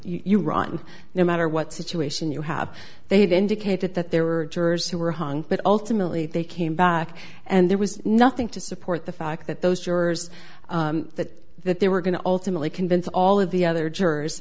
you run no matter what situation you have they've indicated that there were jurors who were hung but ultimately they came back and there was nothing to support the fact that those jurors that that there were going to ultimately convince all of the other jurors